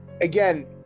again